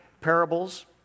parables